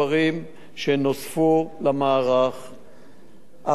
אבל מה שבסוף יביא את השובר-שוויון זה החוק עצמו.